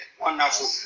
Wonderful